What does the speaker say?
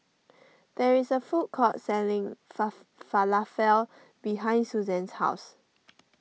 there is a food court selling fa Falafel behind Suzanne's house